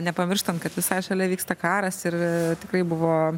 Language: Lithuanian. nepamirštant kad visai šalia vyksta karas ir tikrai buvo